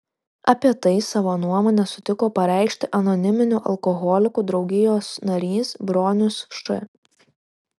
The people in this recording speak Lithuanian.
apie tai savo nuomonę sutiko pareikšti anoniminių alkoholikų draugijos narys bronius š